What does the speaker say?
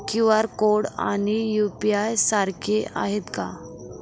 QR code आणि UPI सारखे आहेत का?